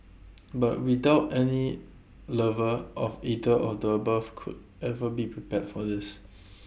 but we doubt any lover of either of the above could ever be prepared for this